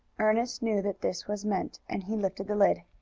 ernest knew that this was meant, and he lifted the lid.